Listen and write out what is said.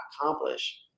accomplish